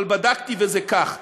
אבל בדקתי וזה כך.